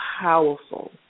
powerful